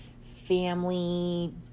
family